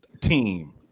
team